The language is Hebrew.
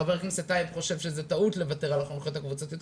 ח"כ טייב חושב שזה טעות לוותר על החונכויות הקבוצתיות,